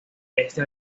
este